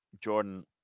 Jordan